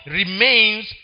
remains